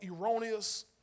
erroneous